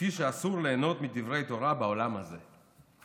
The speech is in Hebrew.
לפי שאסור ליהנות בדברי תורה בעולם הזה".